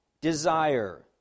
desire